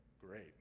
great